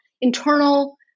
internal